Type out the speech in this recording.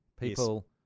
People